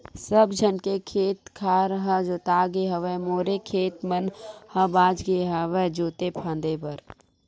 सब झन के खेत खार ह जोतागे हवय मोरे खेत मन ह बचगे हवय जोते फांदे बर